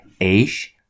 age